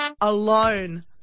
Alone